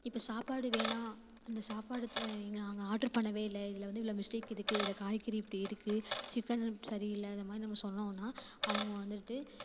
இப்போ சாப்பாடு வேணாம் அந்த சாப்பாடு த நாங்கள் ஆர்டர் பண்ணவே இல்லை இதில் வந்து இவ்வளோ மிஸ்டேக் இருக்குது இதில் காய்கறி இப்படி இருக்குது சிக்கனும் சரி இல்லாத மாதிரி நம்ம சொன்னோன்னால் அவங்க வந்துட்டு